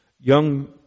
young